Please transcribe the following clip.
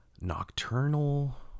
Nocturnal